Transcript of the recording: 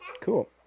cool